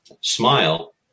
smile